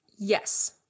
Yes